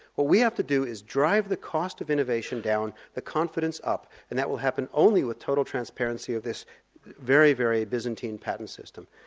what we have to do is drive the cost of innovation down, the confidence up, and that will happen only with total transparency of this very, very byzantine patent system.